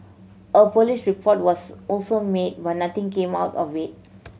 a police report was also made but nothing came out of it